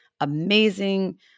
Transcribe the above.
amazing